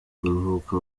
kuruhuka